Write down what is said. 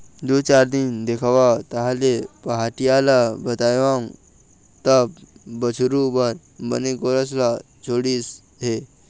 दू चार दिन देखेंव तहाँले पहाटिया ल बताएंव तब बछरू बर बने गोरस ल छोड़िस हे